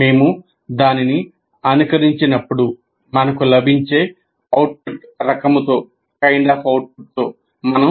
మేము దానిని అనుకరించినప్పుడు మనకు లభించే అవుట్పుట్ రకముతో మనం